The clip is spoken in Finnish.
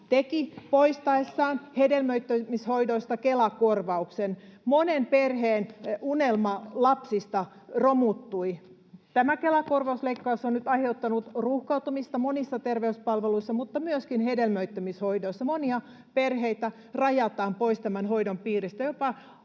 teki poistaessaan hedelmöittämishoidoista Kela-korvauksen. Monen perheen unelma lapsista romuttui. Tämä Kela-korvausleikkaus on nyt aiheuttanut ruuhkautumista monissa terveyspalveluissa mutta myöskin hedelmöittämishoidoissa. Monia perheitä rajataan pois tämän hoidon piiristä,